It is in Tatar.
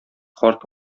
карт